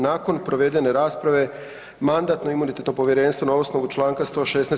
Nakon provedene rasprave Mandatno-imunitetno povjerenstvo na osnovu čl. 116.